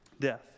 death